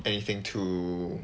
anything too